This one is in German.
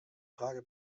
frage